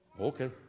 Okay